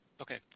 Okay